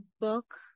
book